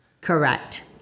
correct